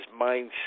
mindset